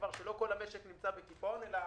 כשכבר לא כל המשק נמצא בקיפאון אלא